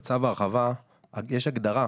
בצו ההרחבה יש הגדרה,